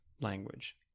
language